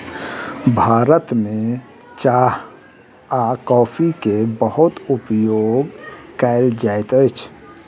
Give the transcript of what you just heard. भारत में चाह आ कॉफ़ी के बहुत उपयोग कयल जाइत अछि